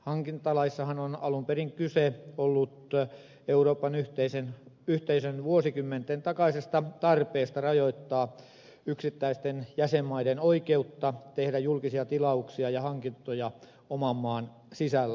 hankintalaissahan on alun perin ollut kyse euroopan yhteisön vuosikymmenten takaisesta tarpeesta rajoittaa yksittäisten jäsenmaiden oikeutta tehdä julkisia tilauksia ja hankintoja oman maan sisällä